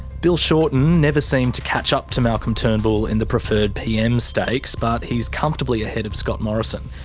bill shorten never seemed to catch-up to malcolm turnbull in the preferred pm stakes, but he's comfortably ahead of scott morrison,